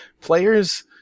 players